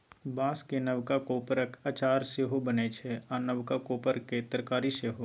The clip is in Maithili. बाँसक नबका कोपरक अचार सेहो बनै छै आ नबका कोपर केर तरकारी सेहो